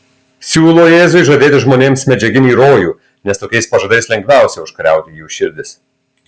siūlo jėzui žadėti žmonėms medžiaginį rojų nes tokiais pažadais lengviausia užkariauti jų širdis